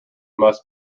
must